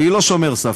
היא לא שומר סף.